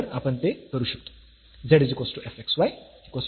तर आपण ते करू शकतो